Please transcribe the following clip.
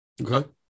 Okay